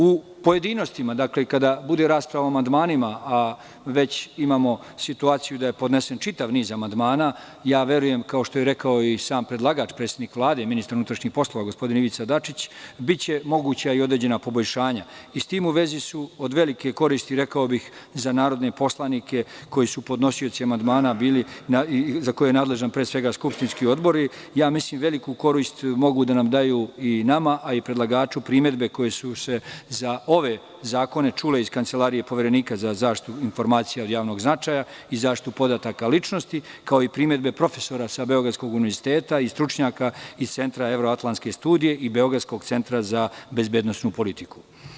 U pojedinostima, kada bude rasprava po amandmanima, a već imamo situaciju da je podnesen čitav niz amandmana, ja verujem, kao što je rekao i sam predlagač, predsednik Vlade i ministar unutrašnjih poslova, gospodin Ivica Dačić, biće moguća i određena poboljšanja i s tim u vezi su od velike koristi za narodne poslanike, koji su podnosioci amandmana, za koje su nadležni pre svega skupštinski odbori, ja mislim veliku korist mogu da daju i nama, a i predlagaču, primedbe koje su se za ove zakone čule iz kancelarije Poverenika za zaštitu informacija od javnog značaja i zaštitu podataka ličnosti, kao i primedbe profesora sa Beogradskog univerziteta i stručnjaka iz Centra evroatlanske studije i Beogradskog centra za bezbednosnu politiku.